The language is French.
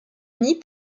unis